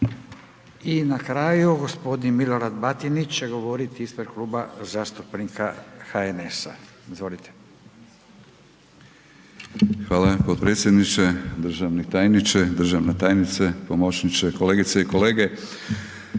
I na kraju gospodin Milorad Batinić će govoriti ispred Kluba zastupnika HNS-a. Izvolite. **Batinić, Milorad (HNS)** Hvala potpredsjedniče, državni tajniče, državna tajnice, pomoćniče, kolegice i kolege.